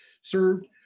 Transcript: served